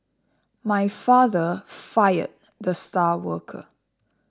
my father fired the star worker